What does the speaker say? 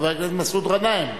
חבר הכנסת מסעוד גנאים,